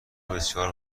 بسیار